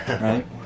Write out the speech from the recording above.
Right